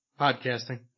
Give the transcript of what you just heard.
Podcasting